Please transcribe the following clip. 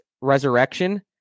resurrection